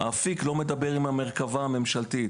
שאפיק לא מדבר עם המרכבה הממשלתית.